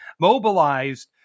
mobilized